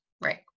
Right